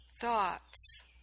thoughts